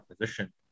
position